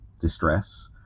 distress